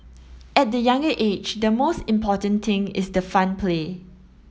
at the younger age the most important thing is the fun play